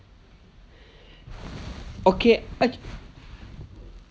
okay I